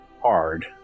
hard